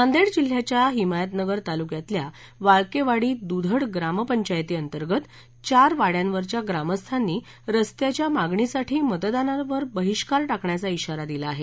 नांदेड जिल्ह्याच्या हिमायतनगर तालुक्यातल्या वाळकेवाडी दूधड ग्रामपंचायतीअंतर्गत चार वाङ्यांवरच्या ग्रामस्थांनी रस्त्याच्या मागणीसाठी मतदानावर बहिष्कार टाकण्याचा इशारा दिला आहे